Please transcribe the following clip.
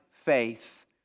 faith